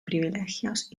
privilegios